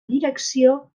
direcció